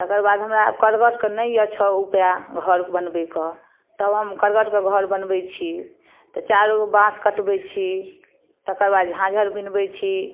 तकर बाद हमरा करबटके नहि अछि उपाय घर बनबैके तब हम करबटके घर बनबै छी तऽ चारू बाँस कटबै छी तकर बाद झाँझर बीनबै छी